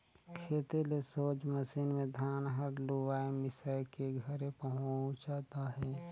खेते ले सोझ मसीन मे धान हर लुवाए मिसाए के घरे पहुचत अहे